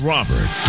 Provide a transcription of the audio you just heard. Robert